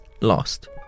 lost